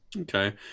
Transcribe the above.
Okay